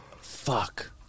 Fuck